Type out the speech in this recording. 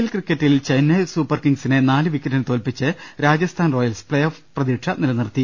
L ക്രിക്കറ്റിൽ ചെന്നൈ സൂപ്പർകിംഗ്സിനെ നാല് വിക്കറ്റിന് തോൽപ്പിച്ച് രാജസ്ഥാൻ റോയൽസ് പ്ലേഓഫ് പ്രതീക്ഷ നിലനിർത്തി